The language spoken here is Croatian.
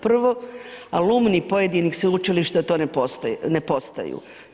Prvo alumni pojedinih sveučilišta to ne postojanju.